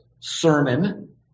sermon